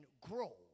grow